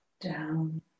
down